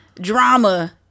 drama